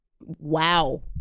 wow